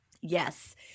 Yes